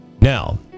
Now